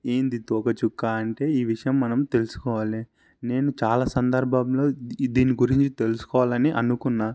ఏంటి తోకచుక్క అంటే ఈ విషయం మనం తెలుసుకోవాలి నేను చాల సందర్భంలో ఇది దీని గురించి తెలుసుకోవాలని అనుకున్నా